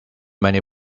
many